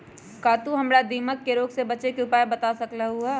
का तू हमरा दीमक के रोग से बचे के उपाय बता सकलु ह?